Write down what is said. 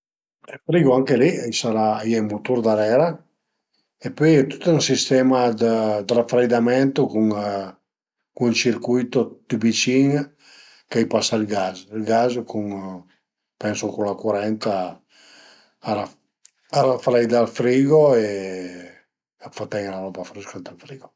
Ël frigo anche li, a i sarà a iè ën mutur darera e pöi a ie tüt ën sistema dë rafreidamento cun ün circuito dë tübicin ch'ai pasa ën gas, ün gas pensu cun la curent a rafreida ël frigo e a fa ten-i la roba frësca ënt ël frigo